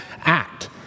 act